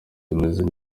tumeze